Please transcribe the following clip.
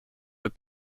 dans